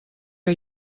que